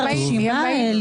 ברשימה.